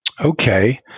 Okay